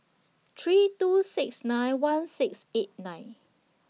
three two six nine one six eight nine